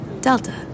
Delta